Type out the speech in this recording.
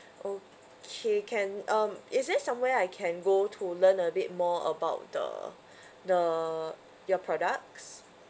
okay can um is there somewhere I can go to learn a bit more about the the your products